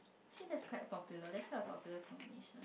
actually that's quite popular that's quite a popular combination